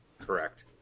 correct